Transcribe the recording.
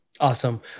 Awesome